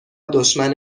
دشمن